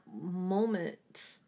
moment